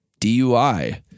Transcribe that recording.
DUI